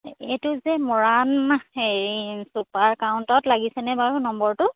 এইটো যে মৰাণ হেৰি ছুপাৰ কাউণ্টত লাগিছেনে বাৰু নম্বৰটো